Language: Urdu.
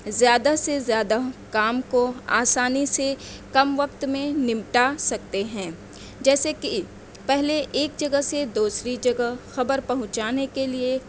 زیادہ سے زیادہ کام کو آسانی سے کم وقت میں نمٹا سکتے ہیں جیسے کہ پہلے ایک جگہ سے دوسری خبر پہنچانے کے لیے